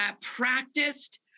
practiced